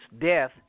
death